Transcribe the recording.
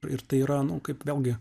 ir tai yra kaip vėlgi